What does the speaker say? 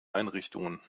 einrichtungen